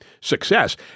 success